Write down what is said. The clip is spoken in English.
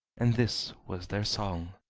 and this was their song